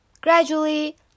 gradually